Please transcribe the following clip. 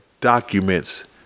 documents